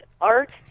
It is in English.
art